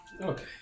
Okay